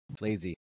Lazy